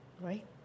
right